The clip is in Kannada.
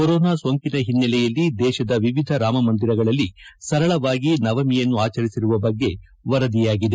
ಕೊರೋನ ಸೋಂಕಿನ ಓನ್ನೆಲೆಯಲ್ಲಿ ದೇಶದ ಎವಿಧ ರಾಮಮಂದಿರಗಳಲ್ಲಿ ಸರಳವಾಗಿ ನವಮಿಯನ್ನು ಆಚರಿಸಿರುವ ಬಗ್ಗೆ ವರದಿಯಾಗಿದೆ